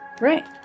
Right